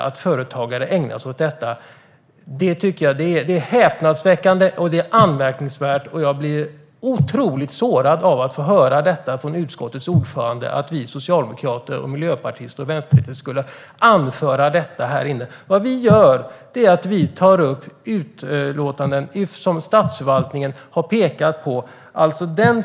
Det är häpnadsväckande och anmärkningsvärt att Tuve Skånberg uttrycker sig på detta sätt, och jag blir otroligt sårad av att från utskottets ordförande få höra att vi socialdemokrater, miljöpartister och vänsterpartister skulle ha anfört detta här inne. Vad vi gör är att vi tar upp vad som står i utlåtanden från statsförvaltningen.